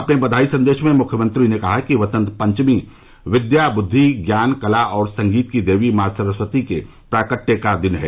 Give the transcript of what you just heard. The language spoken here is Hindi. अपने बधाई संदेश में मुख्यमंत्री ने कहा कि वसन्त पचमी विद्या बुद्धि ज्ञान कला और संगीत की देवी माँ सरस्वती के प्राकट्य का दिन है